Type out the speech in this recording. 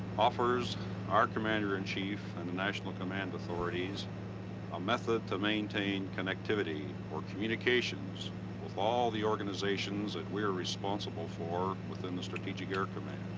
offers our commander in chief and the national command authorities a method to maintain connectivity or communications with all the organizations that and we are responsible for within the strategic air command.